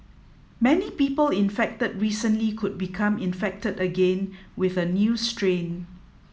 many people infected recently could become infected again with a new strain